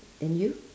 then you